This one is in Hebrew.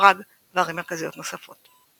פראג וערים מרכזיות נוספות.